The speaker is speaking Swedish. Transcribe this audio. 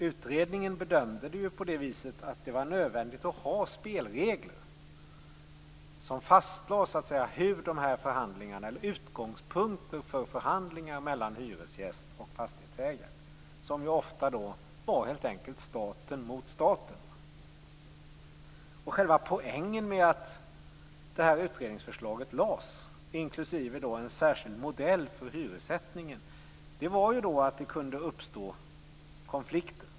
Utredningen bedömde att det var nödvändigt att ha spelregler som fastslår utgångspunkten för förhandlingar mellan hyresgäst och fastighetsägare, dvs. ofta helt enkelt staten mot staten. Själva poängen med att utredningsförslaget lades fram, inklusive en särskild modell för hyressättningen, var att det kunde uppstå konflikter.